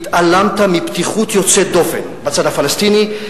התעלמת מפתיחות יוצאת דופן בצד הפלסטיני,